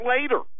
later